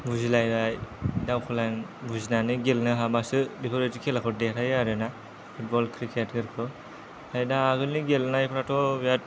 बुजिलायनाय दावखो बुजिनानै गेलेनो हाबासो बेफोरबादि खेलाखौ देरहायो आरोना फुटबल क्रिकेट फोरखौ ओमफ्राय दा आगोलनि गेलेनायफ्राथ' बिराद